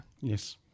Yes